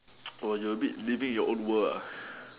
oh you a bit living in your own world ah